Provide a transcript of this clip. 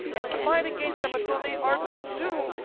and fight against them until they are consumed.